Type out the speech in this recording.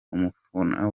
umufana